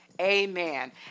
Amen